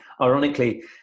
ironically